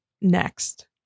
next